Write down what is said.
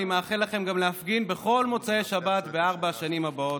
אני מאחל לכם גם להפגין בכל מוצאי שבת בארבע השנים הבאות.